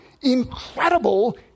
incredible